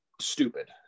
stupid